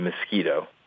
mosquito